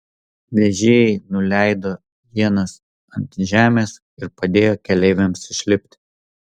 vežėjai nuleido ienas ant žemės ir padėjo keleiviams išlipti